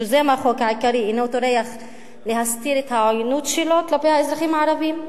יוזם החוק העיקרי אינו טורח להסתיר את העוינות שלו כלפי האזרחים הערבים?